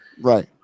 right